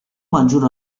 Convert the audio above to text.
maggior